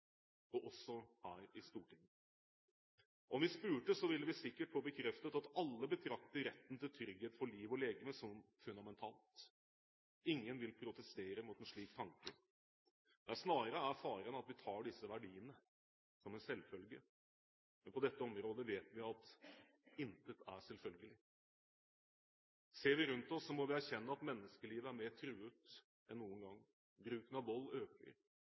også her i Stortinget. Om vi spurte, ville vi sikkert fått bekreftet at alle betrakter retten til trygghet for liv og legeme som fundamentalt. Ingen vil protestere mot en slik tanke. Nei, faren er snarere at vi tar disse verdiene som en selvfølge. Men på dette området vet vi at intet er selvfølgelig. Ser vi rundt oss, må vi erkjenne at menneskelivet er mer truet enn noen gang. Bruken av vold øker,